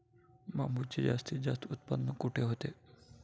बांबूचे जास्तीत जास्त उत्पादन कुठे होते?